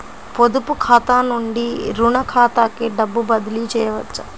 పొదుపు ఖాతా నుండీ, రుణ ఖాతాకి డబ్బు బదిలీ చేయవచ్చా?